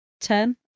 ten